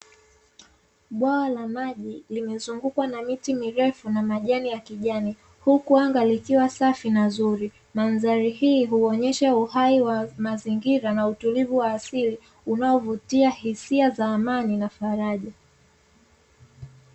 Bwawa la maji limezungukwa na miti mirefu na majani ya kijani, huku anga likiwa safi na zuri. Mandhari hii huonyesha uhai wa mazingira na utulivu wa asili, unaovutia hisia za amani na faraja.